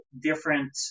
different